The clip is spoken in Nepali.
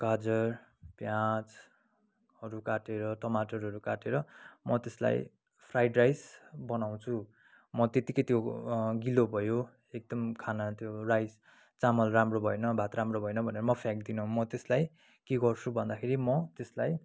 गाजर प्याजहरू काटेर टमाटरहरू काटेर म त्यसलाई फ्राइड राइस बनाउँछु म त्यतिकै त्यो गिलो भयो एकदम खाना त्यो राइस चामल राम्रो भएन भात राम्रो भएन भनेर म फ्याँक्दिन म त्यसलाई के गर्छु भन्दाखेरि म त्यसलाई